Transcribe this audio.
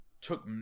took